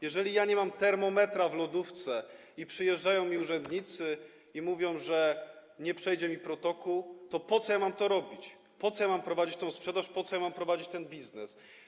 Jeżeli ja nie mam termometru w lodówce i przyjeżdżają mi urzędnicy i mówią, że nie przejdzie protokół, to po co ja mam to robić, po co ja mam prowadzić tę sprzedaż, po co ja mam prowadzić ten biznes?